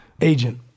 agent